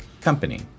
Company